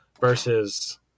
versus